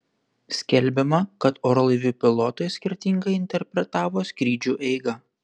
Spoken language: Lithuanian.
skelbiama kad orlaivių pilotai skirtingai interpretavo skrydžio eigą